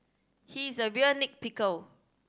he is a real nit picker